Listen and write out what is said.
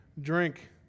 drink